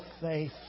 faith